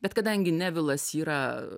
bet kadangi nevilas yra